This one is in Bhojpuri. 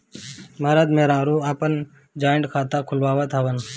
मरद मेहरारू आपन जॉइंट खाता खुलवावत हवन